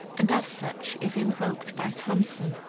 and as such is invoked by thomson